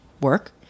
work